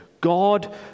God